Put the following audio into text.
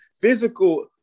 physical